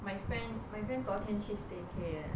my friend my friend 昨天去 stay care eh